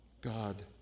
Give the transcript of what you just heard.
God